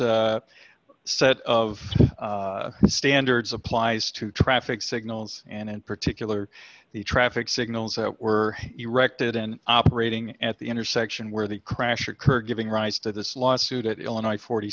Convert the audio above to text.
this set of standards applies to traffic signals and in particular the traffic signals that were erected and operating at the intersection where the crash occurred giving rise to this lawsuit at illinois forty